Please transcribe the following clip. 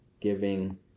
giving